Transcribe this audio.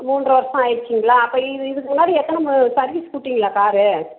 மூன்றை வருஷம் ஆகிடுச்சிங்களா அப்போ இது இதுக்கு முன்னாடி எத்தனை மு சர்வீஸ்க்கு விட்டிங்களா காரு